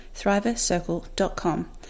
ThriverCircle.com